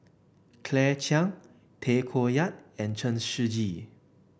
Claire Chiang Tay Koh Yat and Chen Shiji